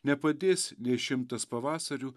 nepadės nei šimtas pavasarių